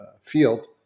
field